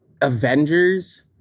Avengers